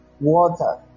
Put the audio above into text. water